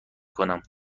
کنم